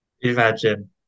Imagine